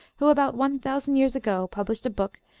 who, about one thousand years ago, published a book,